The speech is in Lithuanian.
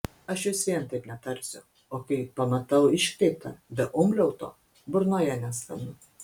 aš vis vien taip netarsiu o kai pamatau iškreiptą be umliauto burnoje neskanu